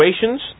situations